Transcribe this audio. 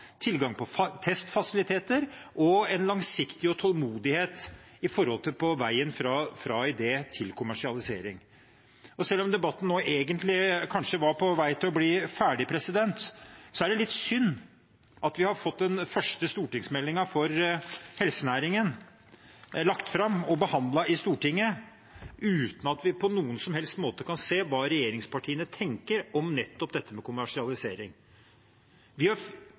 tilgang på testfasiliteter og langsiktighet og tålmodighet på veien fra idé til kommersialisering. Selv om debatten egentlig kanskje var på vei til å bli ferdig nå, er det litt synd at vi har fått den første stortingsmeldingen for helsenæringen lagt fram og behandlet i Stortinget, uten at vi på noen som helst måte kan se hva regjeringspartiene tenker om kommersialisering. Opposisjonen har en rekke forslag som går nettopp på dette med